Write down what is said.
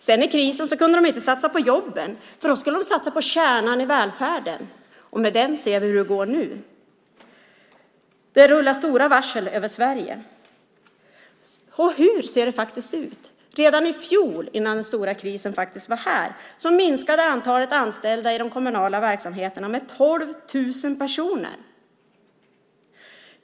Sedan kunde de i krisen inte satsa på jobben, för då skulle de satsa på kärnan i välfärden, och vi ser hur det går med den nu. Det rullar stora varsel över Sverige. Hur ser det ut? Redan i fjol, innan den stora krisen var här, minskade antalet anställda i de kommunala verksamheterna med 12 000 personer.